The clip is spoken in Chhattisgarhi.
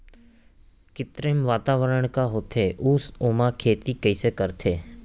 कृत्रिम वातावरण का होथे, अऊ ओमा खेती कइसे करथे?